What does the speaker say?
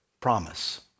promise